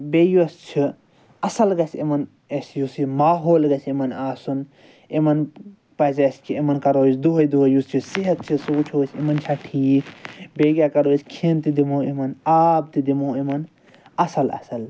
بیٚیہِ یۄس چھِ اصٕل گَژھِ یِمَن اَسہِ یُس یہِ ماحول گَژھِ یِمَن آسُن یِمن پَزِ اَسہِ کہِ یِمن کرو أسۍ دۄہَے دۄہَے یُس یہِ صحت چھُ سُہ وٕچھو أسۍ یِمن چھا ٹھیٖک بیٚیہِ کیاہ کرو أسۍ کھٮ۪ن تہِ دِمو یِمَن آب تہِ دِمو یِمَن اصٕل اصٕل